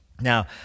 Now